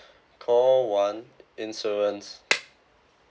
call one insurance